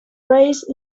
race